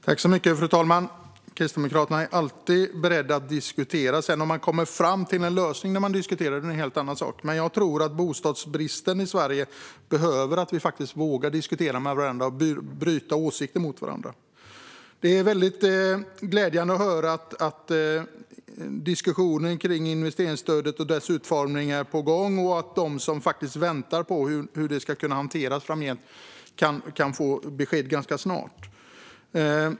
Fru talman! Kristdemokraterna är alltid beredda att diskutera. Om man sedan kommer fram till en lösning när man diskuterar är en helt annan sak. Jag tror att bostadsbristen i Sverige kräver att vi faktiskt vågar diskutera och bryta åsikter mot varandra. Det är glädjande att höra att diskussionen kring investeringsstödet och dess utformning är på gång och att de som väntar på att få veta hur detta ska hanteras framgent kan få besked ganska snart.